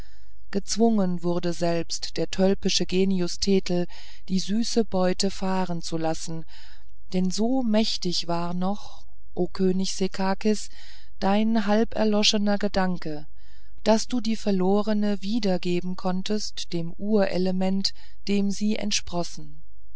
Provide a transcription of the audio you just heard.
gezwungen wurde selbst der tölpische genius thetel die süße beute fahren zu lassen denn so mächtig war noch o könig sekakis dein halberloschener gedanke daß du die verlorne wiedergeben konntest dem urelement dem sie entsprossen